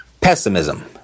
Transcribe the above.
pessimism